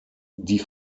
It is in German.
die